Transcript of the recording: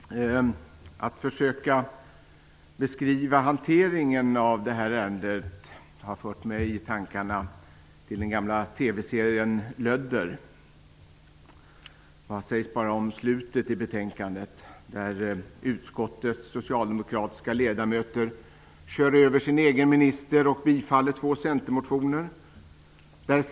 Herr talman! När jag har försökt beskriva hanteringen av detta ärende har mina tankar förts till den gamla TV-serien Lödder. Vad sägs t.ex. om slutet i betänkandet? Utskottets socialdemokratiska ledamöter kör över sin egen minister och bifaller två centermotioner.